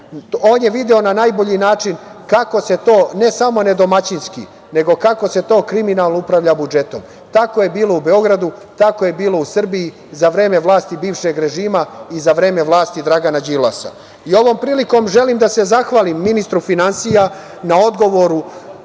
On je video na najbolji način kako se to, ne samo nedomaćinski, nego kako se to kriminalno upravlja budžetom. Tako je bilo u Beogradu, tako je bilo u Srbiji za vreme vlasti bivšeg režima i za vreme vlasti Dragana Đilasa. Ovom prilikom želim da se zahvalim ministru finansija na odgovoru